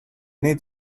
need